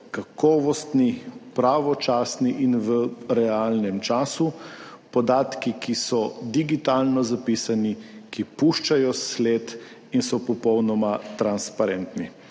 kakovostni, pravočasni in v realnem času. Podatki, ki so digitalno zapisani, ki puščajo sled in so popolnoma transparentni.